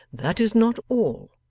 that is not all.